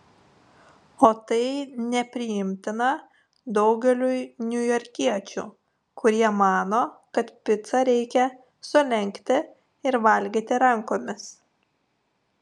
o tai nepriimtina daugeliui niujorkiečių kurie mano kad picą reikia sulenkti ir valgyti rankomis